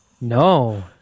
no